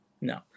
No